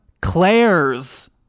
Claire's